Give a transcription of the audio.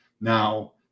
Now